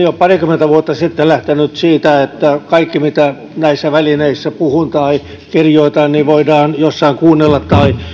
jo parikymmentä vuotta sitten lähtenyt siitä että kaikki mitä näissä välineissä puhutaan tai kirjoitetaan voidaan jossain kuunnella tai